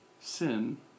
sin